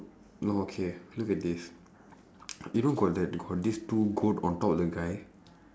no okay look at this you know got the got these two goat on top of the guy